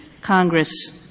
Congress